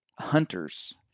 hunters